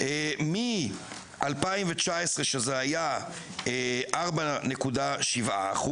מ-2019 שזה היה 4.7%,